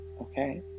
Okay